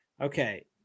Okay